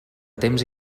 temps